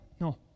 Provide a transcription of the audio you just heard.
No